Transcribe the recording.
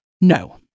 no